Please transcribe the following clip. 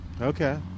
Okay